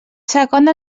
segona